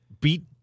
beat